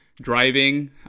driving